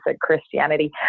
Christianity